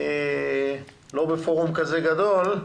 לא בפורום כזה גדול,